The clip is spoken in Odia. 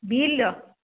ବିଲ୍ର